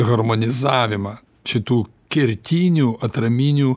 harmonizavimą šitų kertinių atraminių